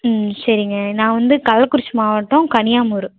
ம் சரிங்க நான் வந்து கள்ளக்குறிச்சி மாவட்டம் கனியாமூர்